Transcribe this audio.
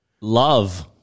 love